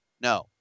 No